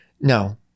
No